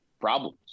problems